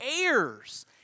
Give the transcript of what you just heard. heirs